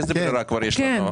איזה ברירה כבר יש לנו?